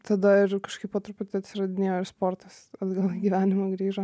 tada ir kažkaip po truputį atsiradinėjo ir sportas atgal į gyvenimą grįžo